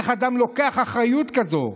איך אדם לוקח אחריות כזו,